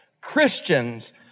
Christians